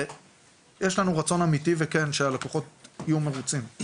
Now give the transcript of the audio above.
ויש לנו רצון אמיתי וכן שהלקוחות יהיו מרוצים.